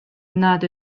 nad